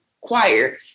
choir